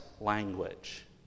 language